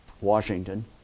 Washington